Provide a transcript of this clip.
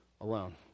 alone